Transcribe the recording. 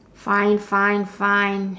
fine fine fine